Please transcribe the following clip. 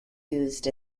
used